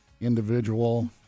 individual